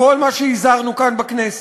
כל מה שהזהרנו כאן בכנסת,